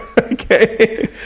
okay